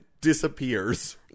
disappears